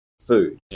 food